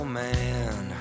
man